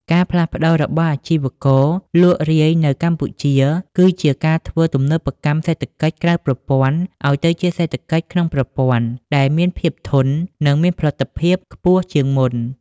ការផ្លាស់ប្តូររបស់អាជីវករលក់រាយនៅកម្ពុជា គឺជាការធ្វើ ទំនើបកម្មសេដ្ឋកិច្ចក្រៅប្រព័ន្ធ ឱ្យទៅជាសេដ្ឋកិច្ចក្នុងប្រព័ន្ធ ដែលមានភាពធន់ និងមានផលិតភាពខ្ពស់ជាងមុន។